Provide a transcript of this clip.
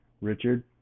Richard